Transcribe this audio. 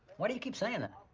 why do you keep saying that?